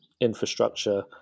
infrastructure